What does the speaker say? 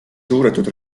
suudetud